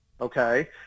okay